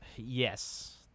Yes